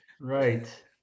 Right